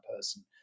person